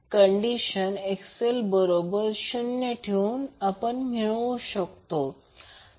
condition XL बरोबर 0 ठेवून मिळवू शकतो